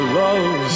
love